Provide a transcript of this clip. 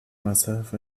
myself